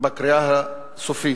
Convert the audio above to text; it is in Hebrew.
בקריאה הסופית,